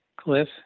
Cliff